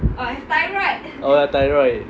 oh ya thyroid